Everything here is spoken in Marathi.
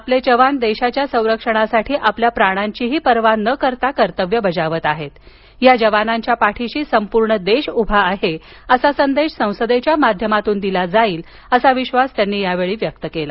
आपले जवान देशाच्या संरक्षणासाठी आपल्या प्राणांचीही परवा न करता कर्तव्य बजावत आहेत या जवानांच्या पाठीशी संपूर्ण देश उभा आहे असा संदेश संसदेच्या माध्यमातून दिला जाईल असा विश्वास त्यांनी यावेळी व्यक्त केला